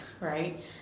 right